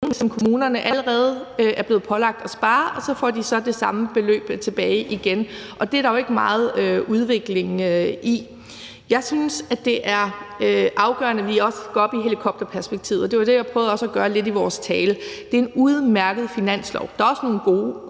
kommunerne allerede er blevet pålagt at spare, og så får de så det samme beløb tilbage igen, og det er der jo ikke meget udvikling i. Jeg synes, det er afgørende, at vi også går op i helikopterperspektivet, og det var også det, jeg prøvede at gøre lidt i vores tale. Det er en udmærket finanslov. Der er også nogle gode